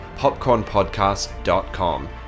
popcornpodcast.com